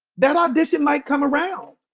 that audition might come around.